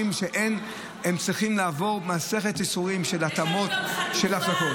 הם צריכים לעבור מסכת ייסורים של התאמות ושל החלטות.